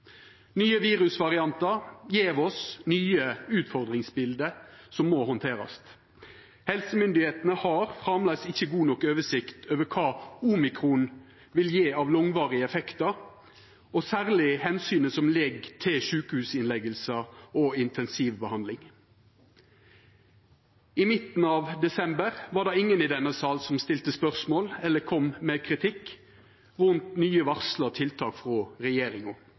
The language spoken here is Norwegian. Nye virusvariantar gjev oss nye utfordringsbilde som må handterast. Helsemyndigheitene har framleis ikkje god nok oversikt over kva omikron vil gje av langvarige effektar, særleg for omsynet som gjeld sjukehusinnleggingar og intensivbehandling. I midten av desember var det ingen i denne salen som stilte spørsmål eller kom med kritikk rundt nye, varsla tiltak frå regjeringa.